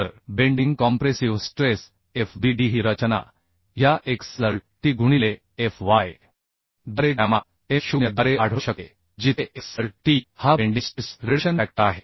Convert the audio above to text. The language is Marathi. तर bending compressive stress F b d ही रचना या x l t गुणिले F y द्वारे गॅमा M 0 द्वारे आढळू शकते जिथे x l t हा बेंडिंग स्ट्रेस रिडक्शन फॅक्टर आहे